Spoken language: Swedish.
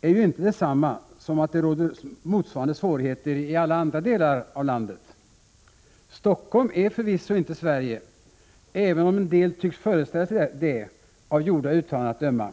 är ju inte detsamma som att det råder motsvarande svårigheter i alla andra delar av landet. Stockholm är förvisso inte Sverige, även om en del tycks föreställa sig det av gjorda uttalanden att döma.